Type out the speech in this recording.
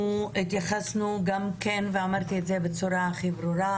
התייחסנו ואמרתי את זה בצורה הכי ברורה,